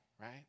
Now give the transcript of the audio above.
right